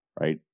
Right